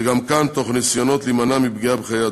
וגם כאן, תוך ניסיונות להימנע מפגיעה בחיי אדם.